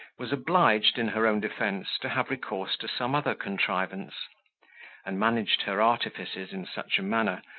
was obliged, in her own defence, to have recourse to some other contrivance and managed her artifices in such a manner,